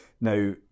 Now